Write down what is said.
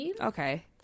okay